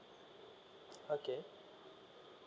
okay